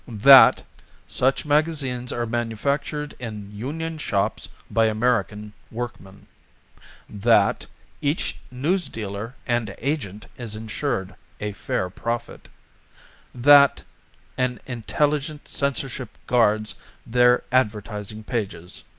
that such magazines are manufactured in union shops by american workmen that each newsdealer and agent is insured a fair profit that an intelligent censorship guards their advertising pages.